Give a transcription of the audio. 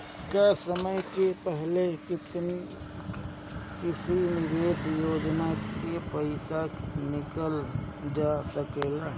का समय से पहले किसी निवेश योजना से र्पइसा निकालल जा सकेला?